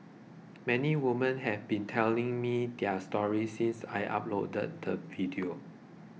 many women have been telling me their stories since I uploaded the video